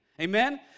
Amen